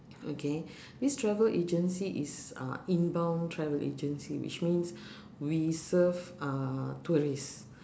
okay this travel agency is uh inbound travel agency which means we serve uh tourist